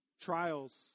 Trials